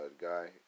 guy